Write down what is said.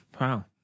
wow